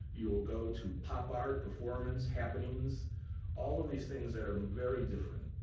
you'll go to pop art, performance, happenings all of these things that are very different.